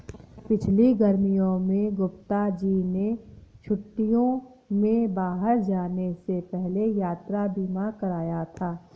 पिछली गर्मियों में गुप्ता जी ने छुट्टियों में बाहर जाने से पहले यात्रा बीमा कराया था